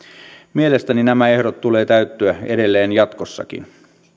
mielestäni näiden ehtojen tulee täyttyä edelleen jatkossakin